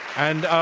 and,